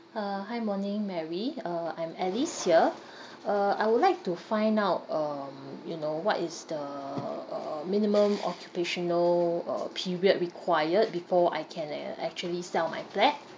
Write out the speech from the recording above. uh hi morning mary uh I'm alice here uh I would like to find out um you know what is the uh minimum occupational uh period required before I can uh actually sell my flat